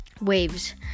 waves